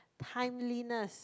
timeliness